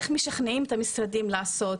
איך משכנעים את המשרדים לעשות,